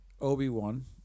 Obi-Wan